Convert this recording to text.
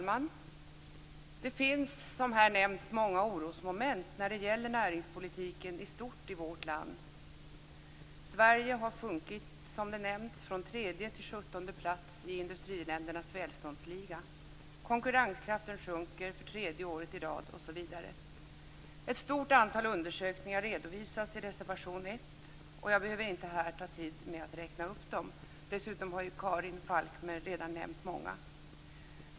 Fru talman! Det finns många orosmoment när det gäller näringspolitiken i stort i vårt land. Sverige har sjunkit från tredje till sjuttonde plats i industriländernas välståndsliga. Konkurrenskraften sjunker för tredje året i rad, osv. Ett stort antal undersökningar redovisas i reservation 1, och jag behöver inte här ta tid med att räkna upp dem. Dessutom har Karin Falkmer redan nämnt många.